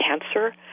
cancer